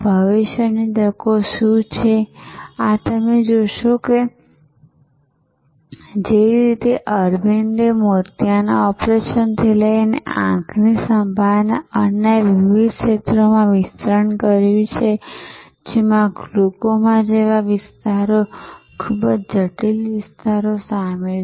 ભવિષ્યની તકો શું છે આ તમે જોશો કે જે રીતે અરવિંદે મોતિયાના ઓપરેશનથી લઈને આંખની સંભાળના અન્ય વિવિધ ક્ષેત્રોમાં વિસ્તરણ કર્યું છે જેમાં ગ્લુકોમા જેવા વિસ્તારો ખૂબ જટિલ વિસ્તારો સામેલ છે